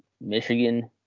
Michigan